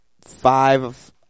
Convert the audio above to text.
five